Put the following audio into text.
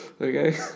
Okay